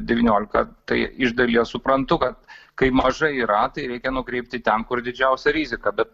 devyniolika tai iš dalies suprantu kad kai mažai ratai reikia nukreipti ten kur didžiausia rizika bet